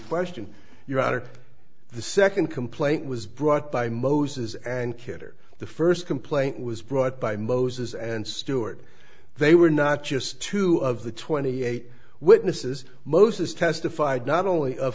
question your honor the second complaint was brought by moses and kidder the first complaint was brought by moses and stewart they were not just two of the twenty eight witnesses moses testified not only of